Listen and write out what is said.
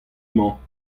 mañ